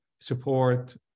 support